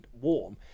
warm